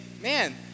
man